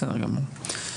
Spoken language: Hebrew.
בסדר גמור.